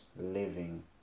living